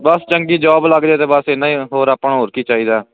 ਬਸ ਚੰਗੀ ਜੋਬ ਲੱਗ ਜਾਏ ਤੇ ਬਸ ਇਨਾ ਹੀ ਹੋਰ ਆਪਾਂ ਹੋਰ ਕੀ ਚਾਹੀਦਾ